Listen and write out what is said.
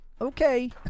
okay